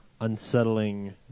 Unsettling